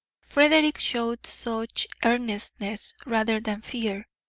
frederick showed such earnestness, rather than fear,